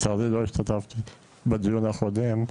לצערי לא השתתפתי בדיון הקודם,